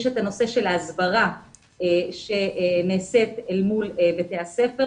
יש את הנושא של ההסברה שנעשית אל מול בתי הספר,